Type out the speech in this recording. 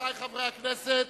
רבותי חברי הכנסת,